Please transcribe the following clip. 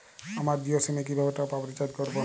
আমার জিও সিম এ কিভাবে টপ আপ রিচার্জ করবো?